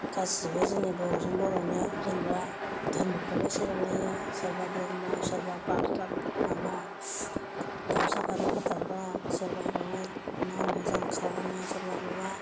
गासैबो जोंनि बर'जों बर'नो जेनबा धर्मखौबो सोलायलायो सोरबा ब्रह्म सोरबा बाथौ माबा दाउसा फारौ हाथारग्रा सोरबा माबा मा होनो जांखाव होनो सोरबा माबा